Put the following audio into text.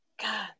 God